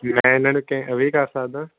ਮੈਂ ਇਨ੍ਹਾਂ ਨੂੰ ਕਿਹਾ ਵੀ ਕਰ ਸਕਦਾਂ